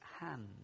hand